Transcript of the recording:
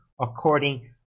according